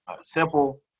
Simple